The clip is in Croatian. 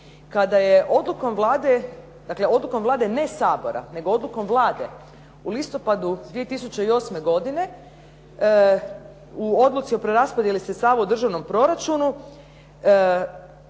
kada je odlukom Vlade, dakle odlukom Vlade, ne Sabora nego odlukom Vlade u listopadu 2008. godine u odluci o preraspodjeli sredstava u državnom proračunu